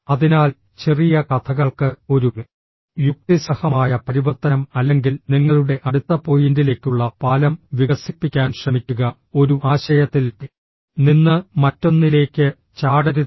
അതിനാൽ ചെറിയ കഥകൾക്ക് ഒരു യുക്തിസഹമായ പരിവർത്തനം അല്ലെങ്കിൽ നിങ്ങളുടെ അടുത്ത പോയിന്റിലേക്കുള്ള പാലം വികസിപ്പിക്കാൻ ശ്രമിക്കുക ഒരു ആശയത്തിൽ നിന്ന് മറ്റൊന്നിലേക്ക് ചാടരുത്